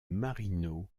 marino